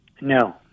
No